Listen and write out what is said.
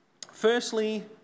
Firstly